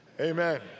Amen